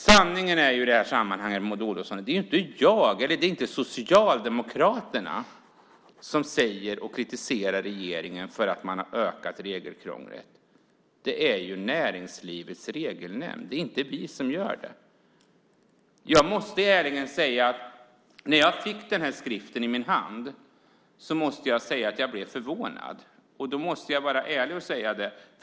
Sanningen är, Maud Olofsson, att det inte är jag eller Socialdemokraterna som kritiserar regeringen för att man har ökat regelkrånglet; det är Näringslivets Regelnämnd. Det är inte vi som gör det. Jag måste ärligt säga att när jag fick skriften i min hand blev jag förvånad.